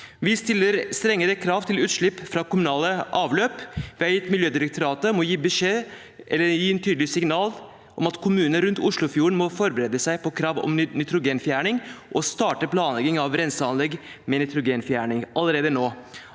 Vi stiller strengere krav til utslipp fra kommunale avløp. – Vi har bedt Miljødirektoratet gi et tydelig signal om at kommunene rundt Oslofjorden må forberede seg på krav om nitrogenfjerning og starte planlegging av renseanlegg med nitrogenfjerning allerede nå.